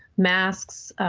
masks,